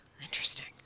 Interesting